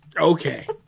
Okay